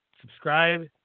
Subscribe